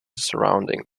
surrounding